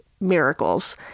miracles